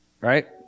Right